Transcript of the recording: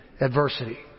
adversity